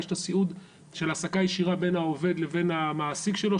יש את הסיעוד של העסקה ישירה בין העובד לבין המעסיק שלו,